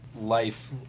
life